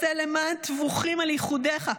עשה למען טבוחים על ייחודך,